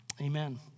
Amen